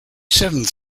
seventh